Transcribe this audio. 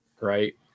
right